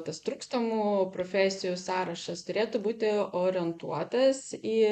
tas trūkstamų profesijų sąrašas turėtų būti orientuotas į